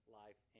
life